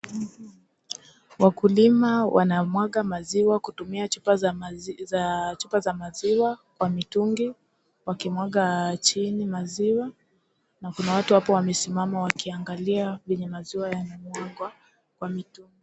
Wakulima wanamwaga maziwa kutumia chupa za maziwa kwa mitungi wakimwaga chini maziwa, na kuna watu hapo wamesimama wakiangalia venye maziwa yanamwagwa kwa mitungi.